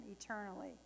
eternally